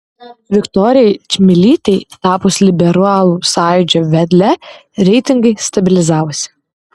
viktorijai čmilytei tapus liberalų sąjūdžio vedle reitingai stabilizavosi